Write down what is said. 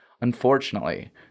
Unfortunately